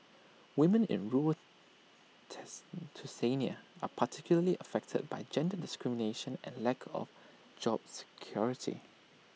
women in rule test Tunisia are particularly affected by gender discrimination and lack of job security